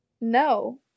No